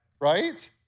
right